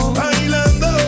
bailando